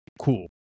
cool